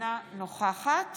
אינה נוכחת